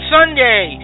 Sunday